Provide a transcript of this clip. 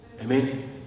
amen